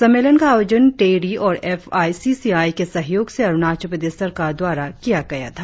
सम्मेलन का आयोजन टेरी और F I C C I के सहयोग से अरुणाचल प्रदेश सरकार द्वारा किया गया था